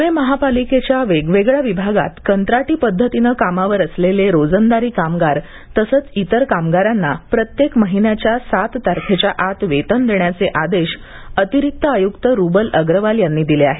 प्णे महापालिकेच्या वेगवेगळ्या विभागात कंत्राटी पद्धतीने कामावर असलेले रोजंदारी कामगार तसेच इतर कामगारांना प्रत्येक महिन्याच्या सात तारखेच्या आत वेतन देण्याचे आदेश अतिरिक्त आयुक्त रूबल अग्रवाल यांनी दिले आहेत